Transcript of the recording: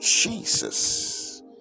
Jesus